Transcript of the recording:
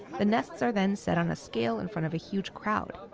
the nests are then set on a scale in front of a huge crowd